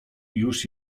już